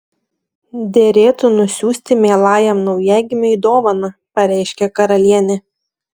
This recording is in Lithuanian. derėtų nusiųsti mielajam naujagimiui dovaną pareiškė karalienė